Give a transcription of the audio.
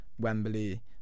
Wembley